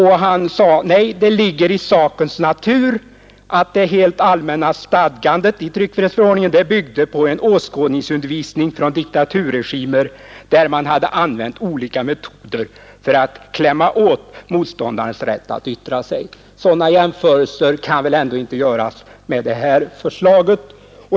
Han sade: Nej, det ligger i sakens natur att det helt allmänna stadgandet i tryckfrihetsförordningen byggde på en åskådningsundervisning från diktaturregimer, där man hade använt olika metoder för att klämma åt motståndarens rätt att yttra sig. — Sådana jämförelser kan väl ändå inte göras med det här förslaget.